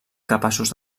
capaços